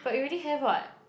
but you already have [what]